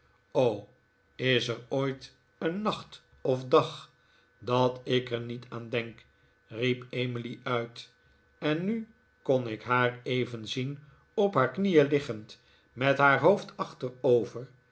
is er ooit een nacht of dag dat ik er niet aan denk riep emily uit en nu kon ik haar even zien op haar knieen liggend met haar hoofd achterbver